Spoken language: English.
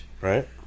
Right